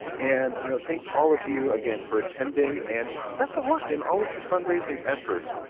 and you know thank all of you again for attending and best of luck in all of your fundraising efforts.